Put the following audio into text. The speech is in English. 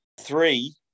three